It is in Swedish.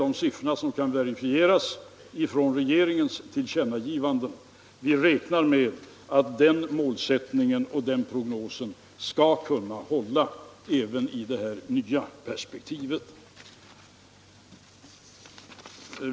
De siffror jag nämnde kan verifieras från regeringens tillkännagivande. Vi räknar med att den målsättningen och den prognosen skall kunna hålla även i detta nya perspektiv.